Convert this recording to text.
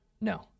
No